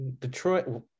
Detroit